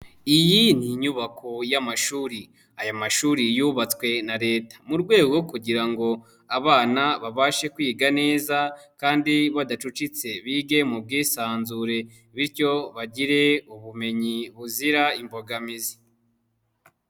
Iyi ni inyubako y'amashuri, aya mashuri yubatswe na Leta mu rwego kugira ngo abana babashe kwiga neza kandi badacucitse bige mu bwisanzure bityo bagire ubumenyi buzira imbogamizi.